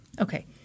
Okay